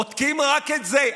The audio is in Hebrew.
בודקים רק את זה.